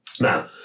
Now